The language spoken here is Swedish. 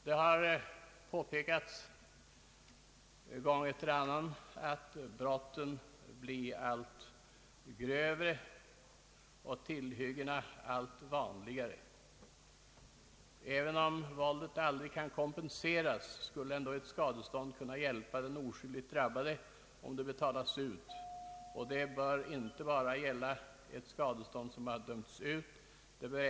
Det har påpekats gång efter annan att brotten blir allt grövre och tillhyggena allt vanligare. Även om våldet aldrig kan kompenseras kan ändå ofta ett skadestånd om det betalas ut bli till en viss hjälp för den oskyldigt drabbade.